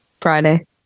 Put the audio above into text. Friday